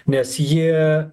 nes jie